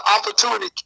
opportunity